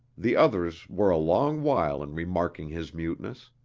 the others were a long while in remarking his muteness.